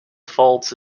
faults